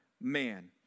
man